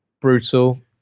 brutal